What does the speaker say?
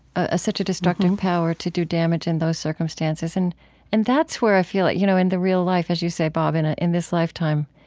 ah such a destructive power, to do damage in those circumstances. and and that's where i feel, like you know in the real life, as you say, bob, in ah in this lifetime,